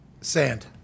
Sand